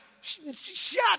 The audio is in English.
shut